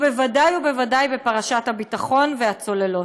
ובוודאי ובוודאי בפרשת הביטחון והצוללות.